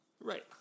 Right